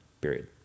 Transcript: period